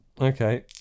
Okay